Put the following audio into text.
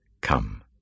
Come